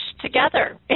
together